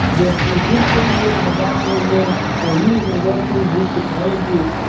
don't use this version or that version, or use and don't use this technology.